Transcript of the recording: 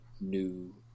new